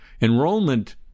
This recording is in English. enrollment